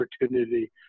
opportunity